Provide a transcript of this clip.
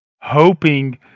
Hoping